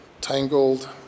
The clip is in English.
tangled